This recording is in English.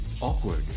awkward